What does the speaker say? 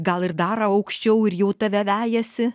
gal ir dar aukščiau ir jau tave vejasi